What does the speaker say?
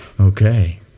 Okay